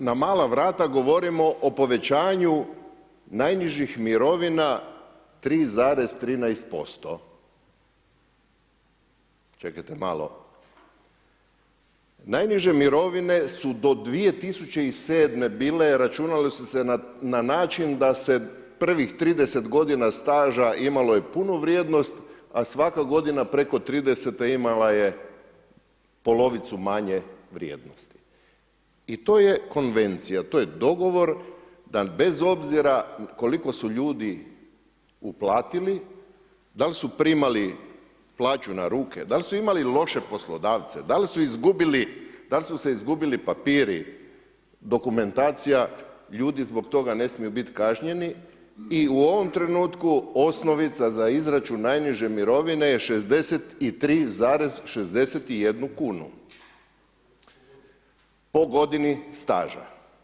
Mi ovdje na mala vrata govorimo o povećanju najnižih mirovina 3,13%, čekajte malo, najniže mirovine su do 2007. bile računale su se na način da se prvih 30 godina staža imalo je punu vrijednost, a svaka godina preko 30e imala je polovicu manje vrijednosti i to je konvencija, to je dogovor da bez obzira koliko su ljudi uplatili, da li su primali plaću na ruke, da li su imali loše poslodavce, da li su se izgubili papiri, dokumentacija, ljudi zbog toga ne smiju bit kažnjeni i u ovom trenutku osnovica za izračun najniže mirovine je 63,61 kunu po godini staža.